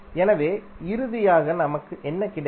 எனவே இறுதியாக நமக்கு என்ன கிடைக்கும்